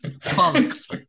Funks